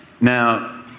Now